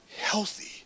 healthy